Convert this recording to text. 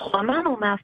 manau mes